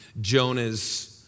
Jonah's